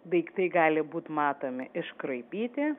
daiktai gali būt matomi iškraipyti